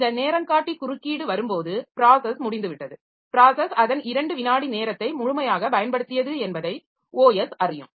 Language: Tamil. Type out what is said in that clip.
இந்த நேரங்காட்டி குறுக்கீடு வரும்போது ப்ராஸஸ் முடிந்துவிட்டது ப்ராஸஸ் அதன் 2 வினாடி நேரத்தை முழுமையாகப் பயன்படுத்தியது என்பதை OS அறியும்